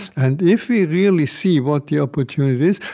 and if we really see what the opportunity is,